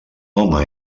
home